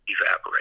Evaporate